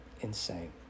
Insane